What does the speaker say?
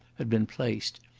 had been placed,